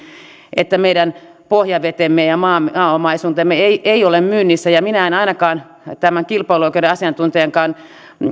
että meidän pohjavetemme ja maaomaisuutemme eivät ole myynnissä ja minä en ainakaan tämän kilpailuoikeuden asiantuntijankaan